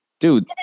Dude